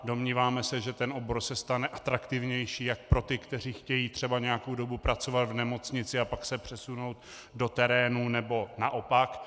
Domníváme se, že ten obor se stane atraktivnější jak pro ty, kteří chtějí třeba nějakou dobu pracovat v nemocnici a pak se přesunou do terénu, nebo naopak.